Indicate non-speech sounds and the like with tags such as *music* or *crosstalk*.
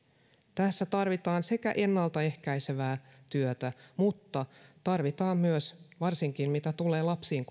tässä tarvitaan ennaltaehkäisevää työtä mutta tarvitaan myös varsinkin mitä tulee lapsiin *unintelligible*